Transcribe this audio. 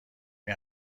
این